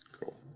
Cool